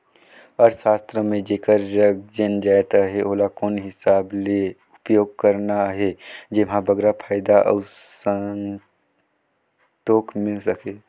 अर्थसास्त्र म जेकर जग जेन जाएत अहे ओला कोन हिसाब ले उपयोग करना अहे जेम्हो बगरा फयदा अउ संतोक मिल सके